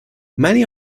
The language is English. many